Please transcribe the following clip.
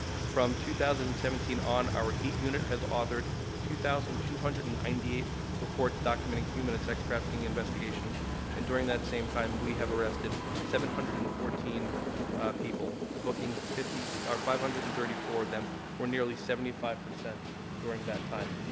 from two thousand and seventeen on, our heat unit has authored two thousand two hundred and ninety eight reports documenting human and sex trafficking investigations and during that same time we have arrested seven hundred and fourteen people, booking five hundred and thirty four of them or nearly seventy five percent during that time.